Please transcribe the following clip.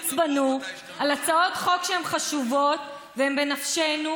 ולהאיץ בנו בהצעות חוק שהן חשובות והן בנפשנו,